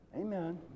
Amen